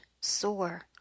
sore